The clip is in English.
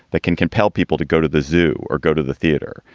that can compel people to go to the zoo or go to the theater.